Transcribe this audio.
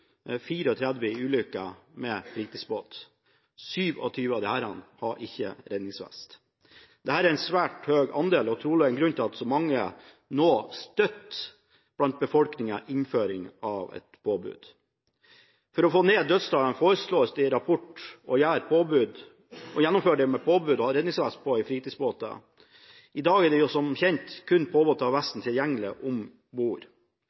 i ulykker med fritidsbåt – 27 av disse hadde ikke redningsvest på. Dette er en svært høy andel og trolig en grunn til at så mange i befolkningen nå støtter innføring av et påbud. For å få ned dødstallene foreslås det i rapporten å gjennomføre et påbud om å ha redningsvest på i fritidsbåter. I dag er det som kjent kun påbudt å ha vesten tilgjengelig om bord.